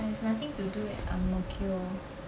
there's nothing to do at ang mo kio